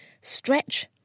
stretch